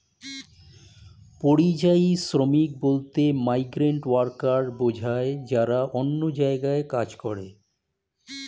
পরিযায়ী শ্রমিক বলতে মাইগ্রেন্ট ওয়ার্কার বোঝায় যারা অন্য জায়গায় কাজ করে